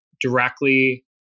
directly